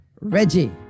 reggie